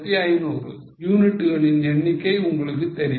யூனிட்களின் எண்ணிக்கை உங்களுக்கு தெரியும்